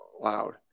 loud